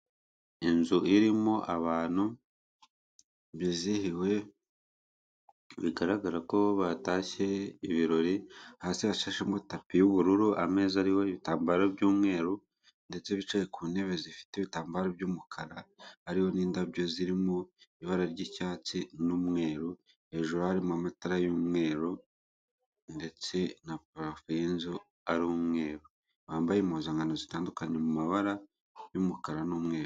Inzu irimo abantu bizihiwe bigaragara ko batashye ibirori hasi hashashemo tapi y'ubururu, ameza ariho ibitambaro by'umweru, ndetse bicaye ku ntebe zifite ibitambaro by'umukara hariho n'indabyo zirimo ibara ry'icyatsi n'umweru hejuru harimo amatara y'umweru ndetse na parafo y'inzu ari umweru bambaye impuzankano zitandukanye mu mabara y'umukara n'umweru.